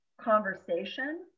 conversation